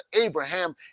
Abraham